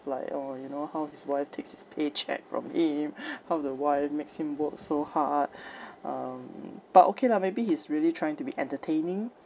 like orh you know how his wife takes his paycheck from him how the wife makes him work so hard um but okay lah maybe he's really trying to be entertaining